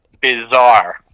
bizarre